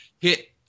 hit